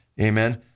amen